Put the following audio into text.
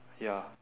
ya